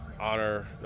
honor